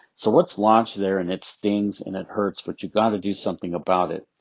so it's lodged there and it stings and it hurts, but you gotta do something about it.